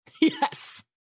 yes